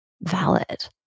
valid